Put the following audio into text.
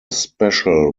special